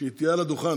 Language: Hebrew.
כשהיא תהיה על הדוכן.